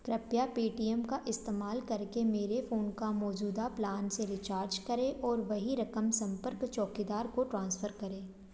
कृपया पेटीएम का इस्तेमाल करके मेरे फ़ोन का मौजूदा प्लान से रिचार्ज करें और वही रकम संपर्क चौकीदार को ट्रांसफ़र करें